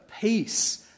peace